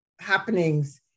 happenings